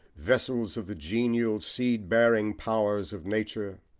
vessels of the genial, seed-bearing powers of nature,